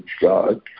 God